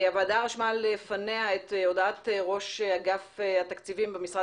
הוועדה רשמה בפניה את הודעת ראש אגף התקציבים במשרד